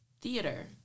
theater